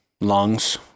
lungs